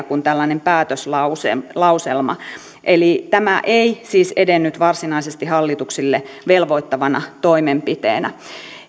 kuin tällainen päätöslauselma eli tämä ei siis edennyt varsinaisesti hallituksille velvoittavana toimenpiteenä